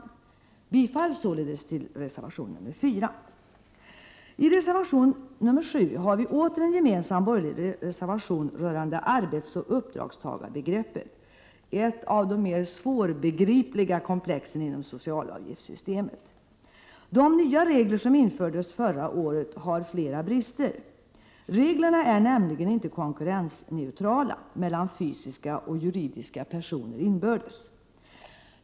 Jag yrkar således bifall till reservation nr 4. arbetsoch uppdragstagarbegreppet, ett av de mer svårbegripliga komplexen inom socialavgiftssystemet. De nya regler som infördes förra året har flera brister. Reglerna är nämligen inte konkurrensneutrala mellan fysiska och juridiska personer inbördes.